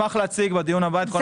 נשמח להציג בדיון הבא את כל הנתונים.